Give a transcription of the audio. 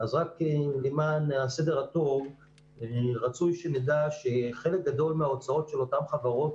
אז רק למען הסדר הטוב רצוי שנדע שחלק גדול מההוצאות של אותן חברות